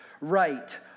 right